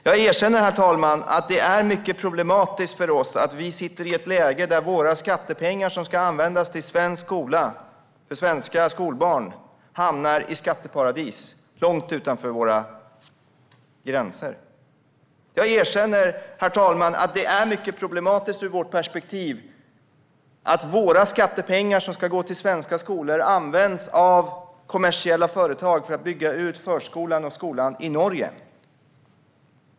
Jag erkänner att det är mycket problematiskt för oss att vi sitter i ett läge där våra skattepengar, som ska användas till svensk skola och svenska skolbarn, hamnar i skatteparadis långt utanför våra gränser. Jag erkänner att det är mycket problematiskt ur vårt perspektiv att våra skattepengar, som ska gå till svenska skolor, används av kommersiella företag för att bygga ut förskolan och skolan i Norge.